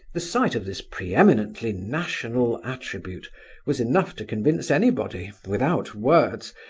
the sight of this pre-eminently national attribute was enough to convince anybody, without words,